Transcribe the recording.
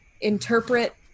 interpret